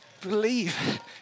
believe